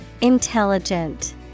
Intelligent